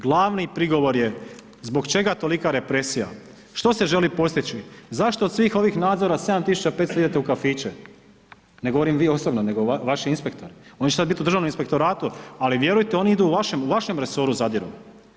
Glavni prigovor je zbog čega tolika represija, što se želi postići, zašto od svih ovih nadzora 7.500 idete u kafiće, ne govorim vi osobno, nego vaši inspektori, oni će sad biti u Državnom inspektoratu, ali vjerujte oni idu u vašem, u vašem resoru zadiru.